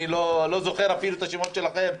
אני לא זוכר אפילו את השמות שלכם.